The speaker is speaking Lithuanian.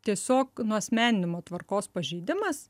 tiesiog nuasmeninimo tvarkos pažeidimas